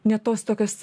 ne tos tokios